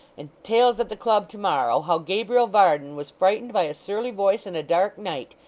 and tales at the club to-morrow, how gabriel varden was frightened by a surly voice and a dark night.